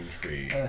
tree